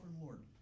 Lord